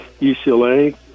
UCLA